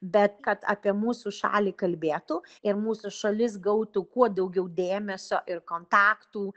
bet kad apie mūsų šalį kalbėtų ir mūsų šalis gautų kuo daugiau dėmesio ir kontaktų